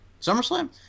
SummerSlam